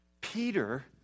Peter